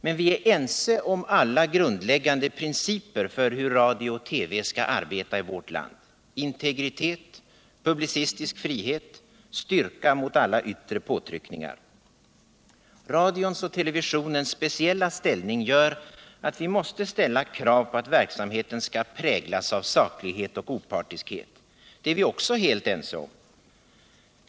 Men vi är ense om alla grundläggande principer för hur radio och TV skall arbeta i vårt land: integritet, publicistisk frihet, styrka mot alla yttre påtryckningar. Radions och televisionens speciella ställning gör att vi måste ställa krav på att verksamheten skall präglas av saklighet och opartiskhet. Det är vi också helt ense om.